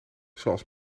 zoals